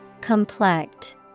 Complex